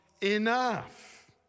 enough